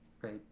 great